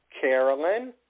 Carolyn